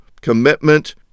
commitment